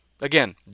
Again